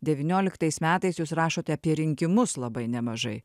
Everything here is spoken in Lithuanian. devynioliktais metais jūs rašote apie rinkimus labai nemažai